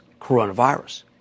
coronavirus